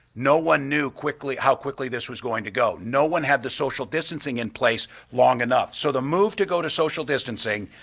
no one knew quickly how quickly this was going to go. no one had the social distancing in place long enough, so the move to go to social distancing,